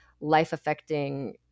life-affecting